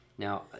Now